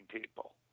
people